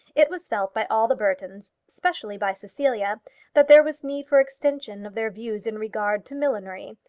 it was felt by all the burtons especially by cecilia that there was need for extension of their views in regard to millinery,